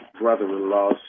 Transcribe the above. brother-in-law